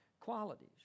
qualities